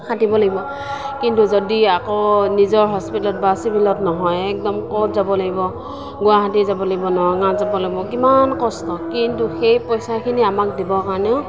খাতিব লাগিব কিন্তু যদি আকৌ নিজৰ হস্পিটেলত বা চিভিলত নহয় একদম ক'ত যাব লাগিব গুৱাহাটী যাব লাগিব নগাঁৱত যাব লাগিব কিমান কষ্ট কিন্তু সেই পইচাখিনি আমাক দিবৰ কাৰণেও